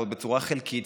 ועוד בצורה חלקית,